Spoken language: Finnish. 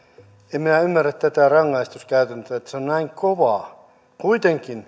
en minä ymmärrä tätä rangaistuskäytäntöä että se on näin kovaa kuitenkin